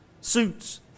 Suits